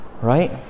Right